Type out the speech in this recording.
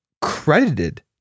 credited